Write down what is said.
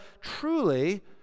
truly